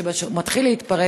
שכשהוא מתחיל להתפרק,